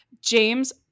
James